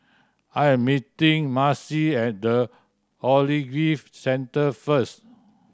I am meeting Marcy at The Ogilvy Centre first